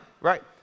Right